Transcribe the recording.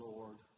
Lord